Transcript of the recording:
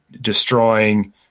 destroying